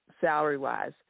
salary-wise